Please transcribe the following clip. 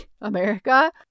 America